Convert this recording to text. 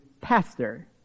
pastor